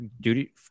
duty